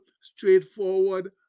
straightforward